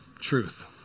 truth